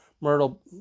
Myrtle